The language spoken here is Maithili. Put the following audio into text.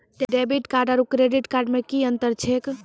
डेबिट कार्ड आरू क्रेडिट कार्ड मे कि अन्तर छैक?